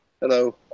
Hello